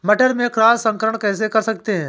मटर में क्रॉस संकर कैसे कर सकते हैं?